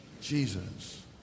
Jesus